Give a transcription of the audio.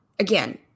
Again